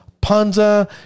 panza